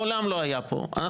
שנית, אני מנסה להבין ממדי התופעה.